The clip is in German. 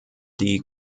die